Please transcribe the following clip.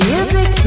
Music